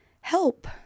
help